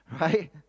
right